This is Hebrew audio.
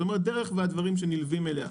זאת אומרת, דרך והדברים שנלווים אליה.